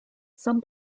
some